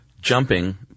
jumping